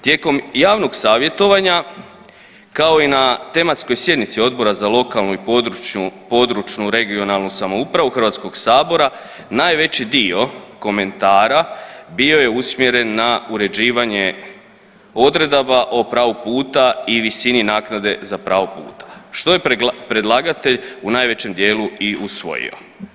Tijekom javnog savjetovanja, kao i na tematskoj sjednici Odbora za lokalnu i područnu, područnu i regionalnu samoupravu HS najveći dio komentara bio je usmjeren na uređivanje odredaba o pravu puta i visini naknade za pravo puta, što je predlagatelj u najvećem dijelu i usvojio.